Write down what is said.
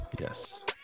Yes